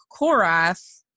Korath